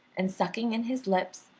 and sucking in his lips,